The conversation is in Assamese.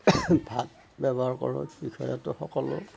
ভাত ব্যৱহাৰ কৰোঁ বিষয়তো সকলো